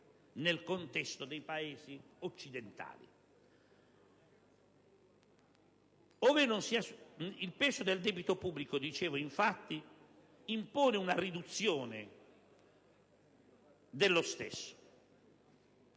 nel contesto dei Paesi occidentali. Il peso del debito pubblico - dicevo - impone infatti una riduzione dello stesso.